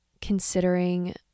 considering